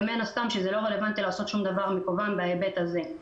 ומן הסתם זה לא רלוונטי לעשות שום דבר מקוון בהיבט הזה.